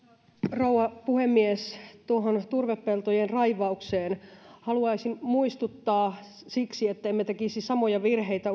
rouva puhemies tuohon turvepeltojen raivaukseen liittyen haluaisin muistuttaa ettemme tekisi samoja virheitä